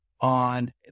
on